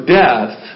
death